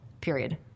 Period